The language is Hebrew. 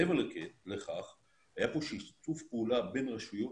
מעבר לכך היה פה שיתוף פעולה בין רשויות,